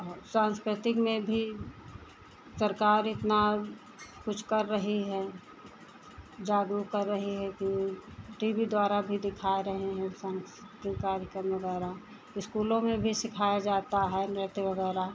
और साँस्कृतिक में भी सरकार इतना कुछ कर रही है जागरूक कर रही है कि टी वी द्वारा भी दिखा रहे हैं साँस्कृतिक कार्यक्रमों द्वारा स्कूलों में भी सिखाया जाता है नृत्य वग़ैरह